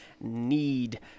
Need